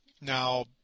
Now